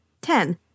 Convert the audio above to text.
ten